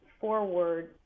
forward